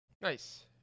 Nice